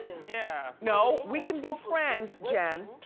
yeah. no, we can be friends jen.